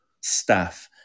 staff